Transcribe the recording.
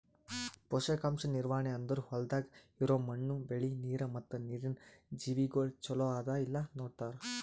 ಪೋಷಕಾಂಶ ನಿರ್ವಹಣೆ ಅಂದುರ್ ಹೊಲ್ದಾಗ್ ಇರೋ ಮಣ್ಣು, ಬೆಳಿ, ನೀರ ಮತ್ತ ನೀರಿನ ಜೀವಿಗೊಳ್ ಚಲೋ ಅದಾ ಇಲ್ಲಾ ನೋಡತಾರ್